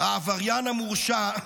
העבריין המורשע,